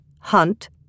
hunt